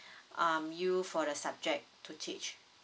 um you for the subject to teach